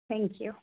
thank you